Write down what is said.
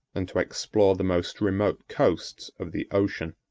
and to explore the most remote coasts of the ocean.